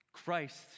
Christ